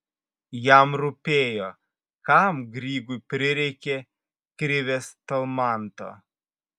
jam rūpėjo kam grygui prireikė krivės talmanto